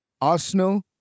Arsenal